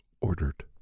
ordered